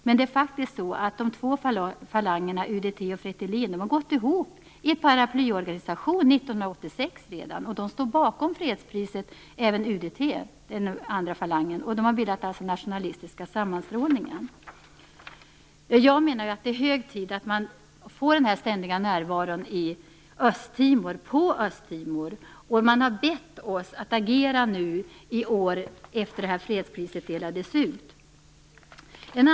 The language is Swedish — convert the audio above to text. Men det är faktiskt så att de två falangerna, UDP och Fretilin, gick ihop i en paraplyorganisation redan 1986, och de står bakom fredspriset. Jag menar att det är hög tid att man får den ständiga närvaron på Östtimor. Man har bett oss att agera nu i år efter att detta fredspris delades ut.